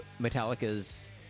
Metallica's